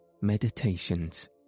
Meditations